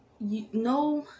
no